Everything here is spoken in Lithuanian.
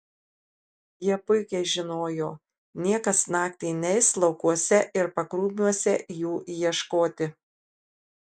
jie puikiai žinojo niekas naktį neis laukuose ir pakrūmiuose jų ieškoti